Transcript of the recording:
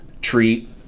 treat